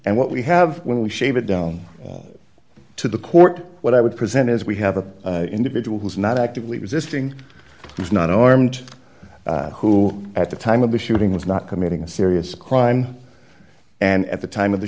and what we have when we shave it down to the court what i would present is we have a individual who is not actively resisting he's not armed who at the time of the shooting was not committing a serious crime and at the time of the